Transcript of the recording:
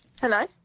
Hello